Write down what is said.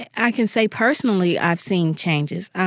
i can say personally i've seen changes.